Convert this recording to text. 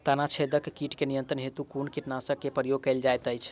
तना छेदक कीट केँ नियंत्रण हेतु कुन कीटनासक केँ प्रयोग कैल जाइत अछि?